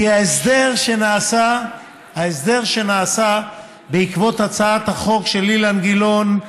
כי ההסדר שנעשה בעקבות הצעת החוק של אילן גילאון,